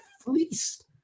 fleeced